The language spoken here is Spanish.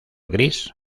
gris